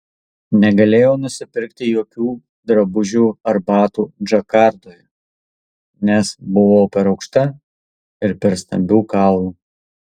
negalėjau nusipirkti jokių drabužių ar batų džakartoje nes buvau per aukšta ir per stambių kaulų